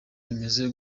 bimeze